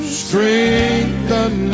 strengthen